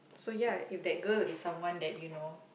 so ya if that girl is someone that you know